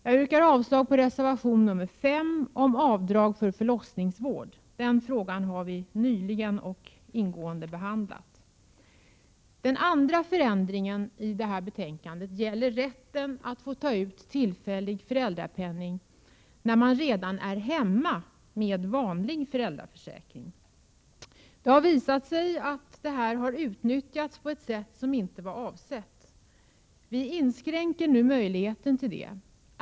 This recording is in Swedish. Jag yrkar avlsag på reservation 5 om avdrag för förlossningsvård. Den frågan har vi nyligen och ingående behandlat. En andra förändring görs i rätten att ta ut tillfällig föräldrapenning när man redan är hemma med vanlig föräldrapenning. Det har visat sig att det här har utnyttjats på ett sätt som inte var avsett. Vi inskränker nu den möjligheten.